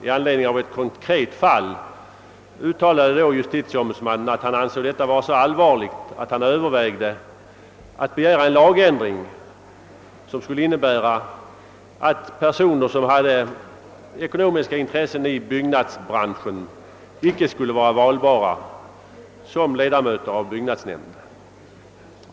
I anledning av ett konkret fall uttalade då justitieombudsmannen att han ansåg saken så allvarlig att han övervägde att begära en lagändring, som skulle innebära att personer med ekonomiska intressen i byggnadsbranschen icke skulle vara valbara som ledamöter av byggnadsnämnder.